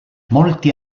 molti